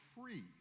free